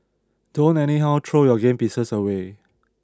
don't anyhow throw your game pieces away